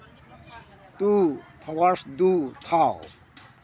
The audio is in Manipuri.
ꯇꯨ ꯊꯋꯔꯁꯗꯨ ꯊꯥꯎ